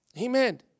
Amen